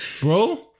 Bro